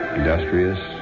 industrious